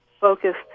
Focused